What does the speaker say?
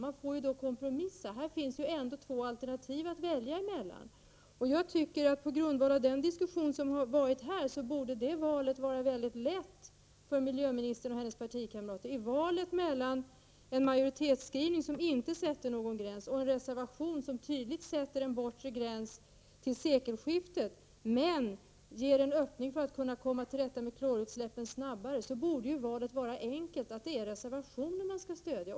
Man får kompromissa. Här finns ändå två alternativ att välja mellan. På grundval av den diskussion som varit här tycker jag att valet skulle vara mycket lätt för miljöministern och hennes partikamrater — valet mellan en majoritetsskrivning, som inte sätter någon gräns, och en reservation, som sätter en bortre gräns vid sekelskiftet men ger en öppning för att kunna komma till rätta med klorutsläppen snabbare. Valet borde vara enkelt — att det är reservationen man skall stödja.